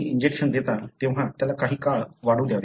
जेव्हा तुम्ही इंजेक्शन देता तेव्हा त्याला काही काळ वाढू द्यावे